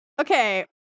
Okay